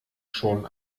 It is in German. schon